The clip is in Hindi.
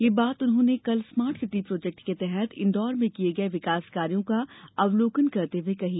ये बात उन्होंने कल स्मार्ट सिटी प्रोजेक्ट के तहत इंदौर में किए गए विकास कार्यो का अवलोकन करते हुए कही